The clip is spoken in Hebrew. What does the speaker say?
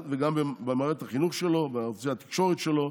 גם במערכת החינוך שלו, בערוצי התקשורת שלו,